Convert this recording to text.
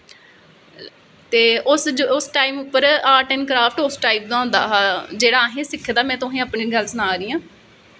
ते उस टाईम उप्पर आर्ट ऐंड़ क्राफ्ट उस टाईप दा होंदा हा जेह्ड़ा असैं सिक्खे दा जेह्ड़े में तुसेंगी गल्ल सना दी आं